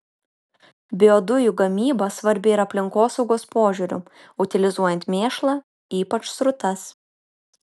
biodujų gamyba svarbi ir aplinkosaugos požiūriu utilizuojant mėšlą ypač srutas